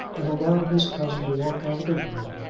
and allowed his cousin to walk out of the room,